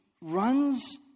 runs